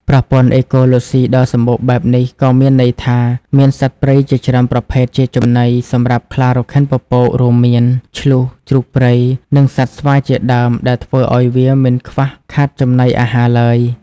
ប្រព័ន្ធអេកូឡូស៊ីដ៏សម្បូរបែបនេះក៏មានន័យថា មាន សត្វព្រៃជាច្រើនប្រភេទជាចំណី សម្រាប់ខ្លារខិនពពក រួមមាន ឈ្លូស ជ្រូកព្រៃ និងសត្វស្វាជាដើម ដែលធ្វើឲ្យវាមិនខ្វះខាតចំណីអាហារឡើយ។